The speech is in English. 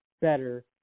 better